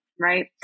right